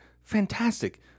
Fantastic